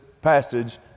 passage